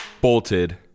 Bolted